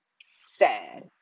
sad